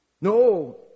No